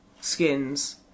skins